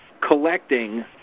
collecting